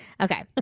Okay